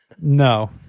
no